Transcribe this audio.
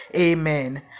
Amen